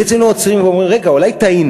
בעצם לא עוצרים ואומרים: רגע, אולי טעינו?